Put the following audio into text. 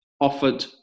offered